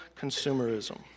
consumerism